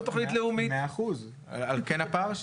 זה לא שחומר או דאטה שמגיעים מהרשויות,